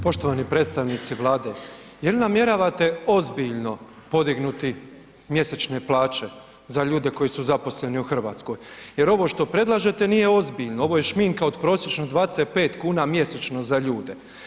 Poštovani predstavnici Vlade jel namjeravate ozbiljno podignuti mjesečne plaće za ljude koji su zaposleni u Hrvatskoj jer ovo što predlažete nije ozbiljno ovo je šminka od prosječno 25 kuna mjesečno za ljude.